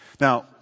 Now